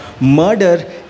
murder